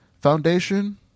Foundation